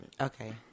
Okay